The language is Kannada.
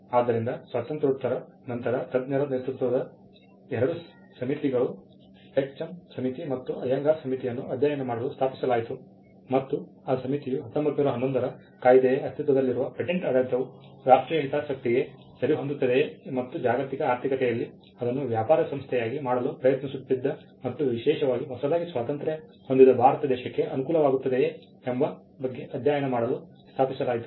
ಆದ್ದರಿಂದ ಸ್ವಾತಂತ್ರ್ಯೋತ್ತರ ನಂತರ ತಜ್ಞರ ನೇತೃತ್ವದ ಎರಡು ಸಮಿತಿಗಳು ಟೆಕ್ ಚಂದ್ ಸಮಿತಿ ಮತ್ತು ಅಯ್ಯಂಗಾರ್ ಸಮಿತಿಯನ್ನು ಅಧ್ಯಯನ ಮಾಡಲು ಸ್ಥಾಪಿಸಲಾಯಿತು ಮತ್ತು ಆ ಸಮಿತಿಯು 1911 ರ ಕಾಯಿದೆಯ ಅಸ್ತಿತ್ವದಲ್ಲಿರುವ ಪೇಟೆಂಟ್ ಆಡಳಿತವು ರಾಷ್ಟ್ರೀಯ ಹಿತಾಸಕ್ತಿಗೆ ಸರಿಹೊಂದುತ್ತದೆಯೇ ಮತ್ತು ಜಾಗತಿಕ ಆರ್ಥಿಕತೆಯಲ್ಲಿ ಅದನ್ನು ವ್ಯಾಪಾರ ಸಂಸ್ಥೆಯಾಗಿ ಮಾಡಲು ಪ್ರಯತ್ನಿಸುತ್ತಿದ ಮತ್ತು ವಿಶೇಷವಾಗಿ ಹೊಸದಾಗಿ ಸ್ವಾತಂತ್ರ್ಯ ಹೊಂದಿದ ಭಾರತ ದೇಶಕ್ಕೆ ಅನುಕೂಲವಾಗುತ್ತದೆಯೇ ಎಂಬ ಬಗ್ಗೆ ಅಧ್ಯಯನ ಮಾಡಲು ಸ್ಥಾಪಿಸಲಾಯಿತು